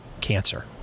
cancer